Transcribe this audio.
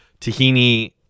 tahini